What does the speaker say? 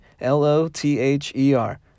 L-O-T-H-E-R